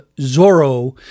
Zorro